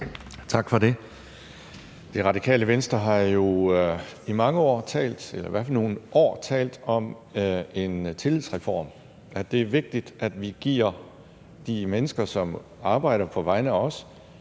Tak for det. Det Radikale Venstre har jo i mange år, eller i hvert fald i nogle år, talt om en tillidsreform: at det er vigtigt, at vi giver de mennesker, som arbejder på vegne af os,